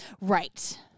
Right